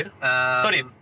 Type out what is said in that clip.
Sorry